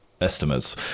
estimates